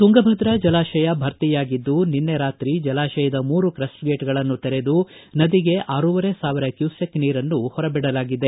ತುಂಗಭದ್ರ ಜಲಾಶಯ ಭರ್ತಿಯಾಗಿದ್ದು ನಿನ್ನೆ ರಾತ್ರಿ ಜಲಾಶಯದ ಮೂರು ಕ್ರೆಸ್ಟ್ ಗೇಟ್ ಗಳನ್ನು ತೆರೆದು ನದಿಗೆ ಆರುವರೆ ಸಾವಿರ ಕ್ಕುಸೆಕ್ ನೀರನ್ನು ಬಿಡಲಾಗಿದೆ